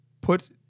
put